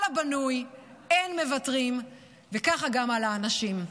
על הבנוי אין מוותרים" וככה גם על האנשים.